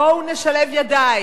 בואו נשלב ידיים.